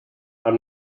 i’m